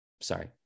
Sorry